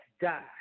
die